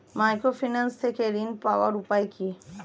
Microfinance থেকে ঋণ পাওয়ার উপায় কি?